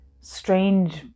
strange